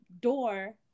door